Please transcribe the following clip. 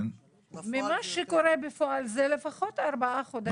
ממה שקורה בפועל זה לפחות ארבעה חודשים.